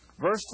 Verse